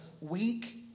weak